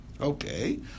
Okay